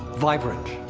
vibrant.